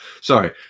sorry